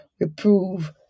reprove